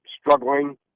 struggling